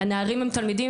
הנערים הם תלמידים,